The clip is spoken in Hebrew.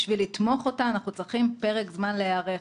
בשביל לתמוך אותו אנחנו צריכים פרק זמן להיערך.